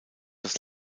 das